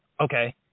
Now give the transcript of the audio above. okay